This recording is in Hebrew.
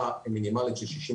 וגדל במדינת ישראל.